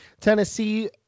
Tennessee